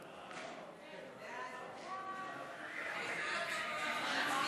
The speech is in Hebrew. סעיפים 1 3 נתקבלו.